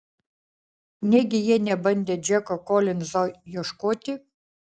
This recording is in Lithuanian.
negi jie nebandė džeko kolinzo ieškoti